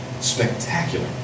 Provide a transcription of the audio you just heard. spectacular